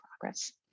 progress